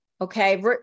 okay